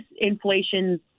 Inflation